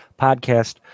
podcast